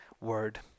word